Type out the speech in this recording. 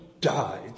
died